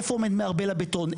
איפה עומד מערבל הבטון?